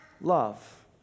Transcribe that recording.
love